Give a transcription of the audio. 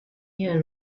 year